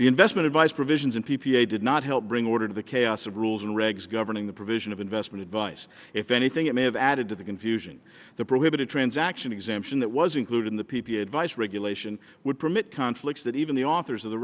the investment advice provisions in p p a did not help bring order to the chaos of rules and regs governing the provision of investment advice if anything it may have added to the confusion the prohibited transaction exemption that was included in the p p a advice regulation would permit conflicts that even the authors of the